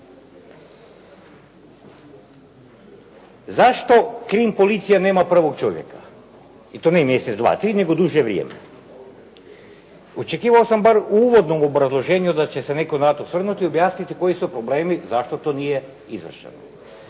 Zašto krim policija nema prvog čovjeka? I to nije mjesec, dva, tri, nego duže vrijeme. Očekivao sam bar u uvodnom obrazloženju da će se netko na to osvrnuti i objasniti koji su tu problemi zašto to nije izvršeno.